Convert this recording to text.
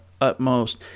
utmost